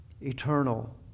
Eternal